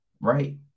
right